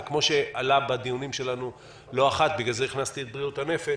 וכפי שעלה בדיונים שלנו לא אחת בגלל זה הכנסתי את בריאות הנפש